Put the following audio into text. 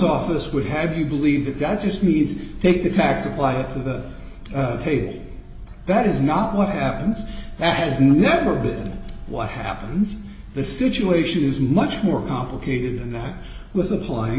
office would have you believe that that just means you take the tax applied to the table that is not what happens as never been what happens the situation is much more complicated than that with applying